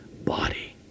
body